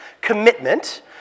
commitment